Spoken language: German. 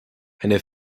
eine